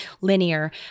linear